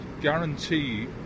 guarantee